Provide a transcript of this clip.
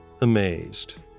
amazed